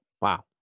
Wow